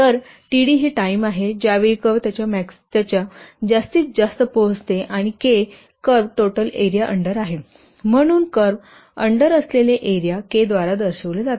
तर t d ही time आहे ज्या वेळी कर्व त्याच्या जास्तीत जास्त पोहोचते आणि K curve total area under आहे म्हणून कर्व अंडर असलेले एरिया K द्वारा दर्शविले जाते